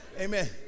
Amen